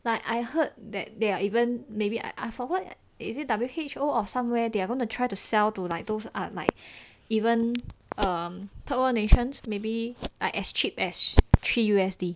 like I heard that there are even maybe I I forgot is it W_H_O or somewhere they are going to try to sell to like those ah like even err third world nations maybe like as cheap as three U_S_D